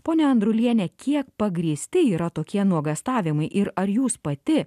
ponia andruliene kiek pagrįsti yra tokie nuogąstavimai ir ar jūs pati